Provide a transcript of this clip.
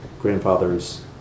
grandfathers